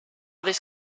this